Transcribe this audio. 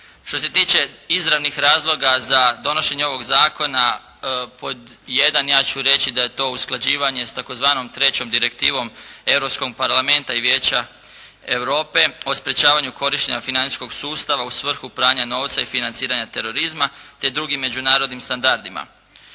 Što se tiče izravnih razloga za donošenjem ovoga zakona pod 1. ja ću reći da je to usklađivanje sa tzv. III. Direktivom Europskog parlamenta i Vijeća Europe o sprječavanju korištenja financijskog sustava u svrhu pranja novca i financiranja terorizma, te drugim međunarodnim standardima.